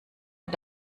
und